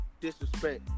Disrespect